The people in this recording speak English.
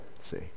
see